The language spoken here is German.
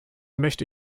möchte